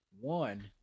one